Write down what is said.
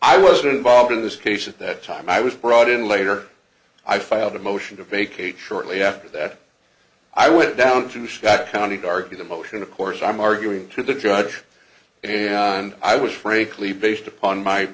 i wasn't bob in this case at that time i was brought in later i filed a motion to vacate shortly after that i went down to shock county to argue the motion of course i'm arguing to the judge and i was frankly based upon my